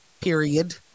Period